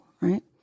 right